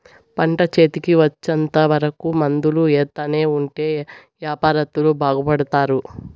పంట చేతికి వచ్చేంత వరకు మందులు ఎత్తానే ఉంటే యాపారత్తులు బాగుపడుతారు